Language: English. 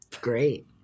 Great